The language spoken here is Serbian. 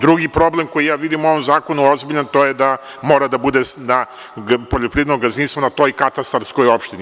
Drugi problem, koji ja vidim u ovom zakonu ozbiljan, to je da mora da bude poljoprivredno gazdinstvo na toj katastarskoj opštini.